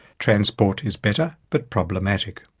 transport is better but problematic.